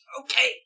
Okay